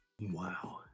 Wow